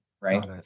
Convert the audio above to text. right